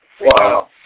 Wow